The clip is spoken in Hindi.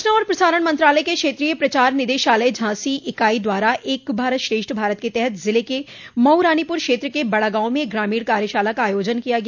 सूचना और प्रसारण मंत्रालय के क्षेत्रीय प्रचार निदेशालय झांसी इकाई द्वारा एक भारत श्रेष्ठ भारत के तहत ज़िले के मऊरानीपूर क्षेत्र के बड़ा गांव में एक ग्रामीण कार्यशाला का आयोजन किया गया